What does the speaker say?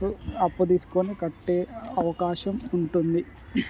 అప్పు తీసుకొని కట్టే అవకాశం ఉంటుంది